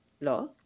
law